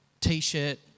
T-shirt